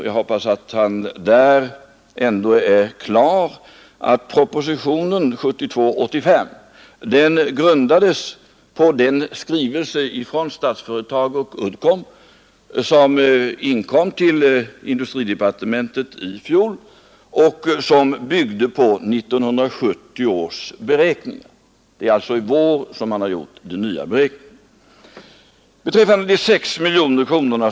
Jag hoppas att herr Regnéll ändå är klar över att propositionen 85 grundades på den skrivelse från Statsföretag och Uddcomb som inkom till industridepartementet i fjol och som byggde på 1970 års beräkningar. Det är alltså i vår man har gjort de nya beräkningarna.